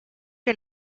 que